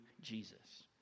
Jesus